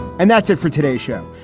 and that's it for today's show,